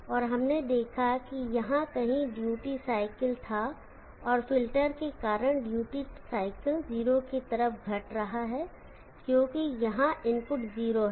और हमने देखा कि यहाँ कहीं ड्यूटी साइकिल था और फ़िल्टर के कारण ड्यूटी साइकिल 0 की तरफ घट रहा है क्योंकि यहाँ इनपुट 0 है